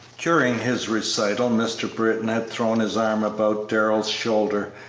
during his recital mr. britton had thrown his arm about darrell's shoulder,